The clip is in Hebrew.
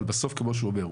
אבל בסוף כמו שהוא אומר,